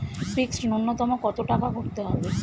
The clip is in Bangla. ফিক্সড নুন্যতম কত টাকা করতে হবে?